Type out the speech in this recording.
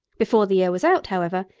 before the year was out, however,